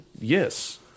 Yes